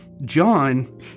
John